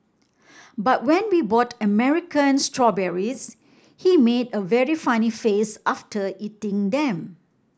but when we bought American strawberries he made a very funny face after eating them